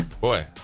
Boy